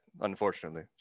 unfortunately